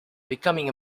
becoming